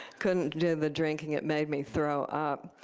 couldn't do the drinking. it made me throw up.